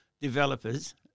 developers